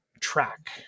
track